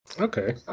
Okay